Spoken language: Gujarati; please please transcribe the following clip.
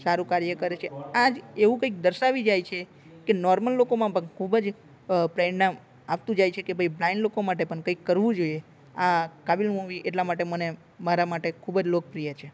કાર્ય કરે છે આજ એવું કંઈક દર્શાવી જાય છે કે નોર્મલ લોકોમાં પણ ખૂબ જ પ્રેરણા આપતું જાય છે કે ભાઈ બ્લાઇન્ડ લોકો માટે પણ કંઈક કરવું જોઈએ આ કાબિલ મુવી એટલા માટે મને મારા માટે કેટલું ખૂબ જ લોકપ્રિય છે